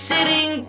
Sitting